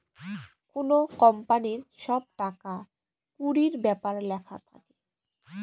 কোনো কোম্পানির সব টাকা কুড়ির ব্যাপার লেখা থাকে